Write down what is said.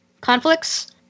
conflicts